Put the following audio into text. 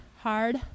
hard